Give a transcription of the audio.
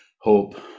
hope